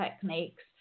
techniques